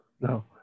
no